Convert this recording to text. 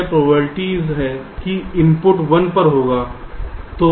यह प्रोबेबिलिटी है कि इनपुट 1 पर होगा